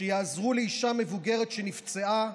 שיעזרו לאישה מבוגרת שנפצעה.